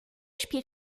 spielt